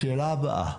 השאלה הבאה: